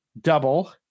double